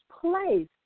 place